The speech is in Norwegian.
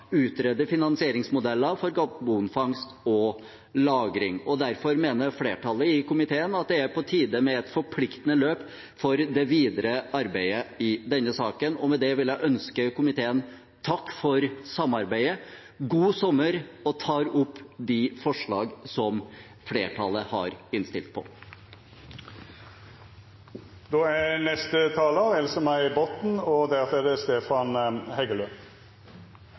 utrede finansieringsmodeller for karbonfangst og -lagring. Derfor mener flertallet i komiteen at det er på tide med et forpliktende løp for det videre arbeidet i denne saken. Med dette vil jeg takke komiteen for samarbeidet og ønske god sommer – og anbefale de vedtak som flertallet har innstilt på.